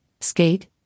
skate